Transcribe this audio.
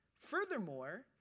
Furthermore